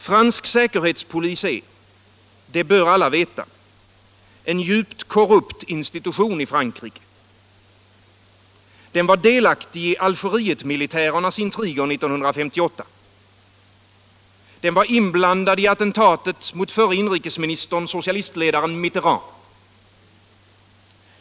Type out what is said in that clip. Fransk säkerhetspolis är — det bör alla veta — en djupt korrupt institution i Frankrike. Den var delaktig i Algerietmilitärernas intriger 1958. Den var inblandad i attentatet mot förre inrikesministern, socialistledaren Mitterand.